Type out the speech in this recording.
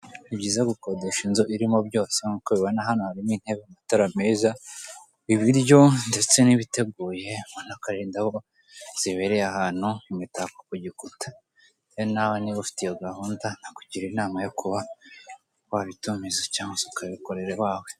Ni byiza gukodesha inzu irimo byose nkuko mubibona hano harimo intebe, amatara meza, ibiryo ndetse n'ibiteguye ubona ko ari n'indabo zibereye ahantu imitako ku gikuta rero nawe niba ufite iyo gahunda nakugira inama yo kuba wabitumiza cyangwa ukabikorera i wawe.